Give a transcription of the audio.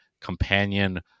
companion